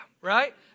right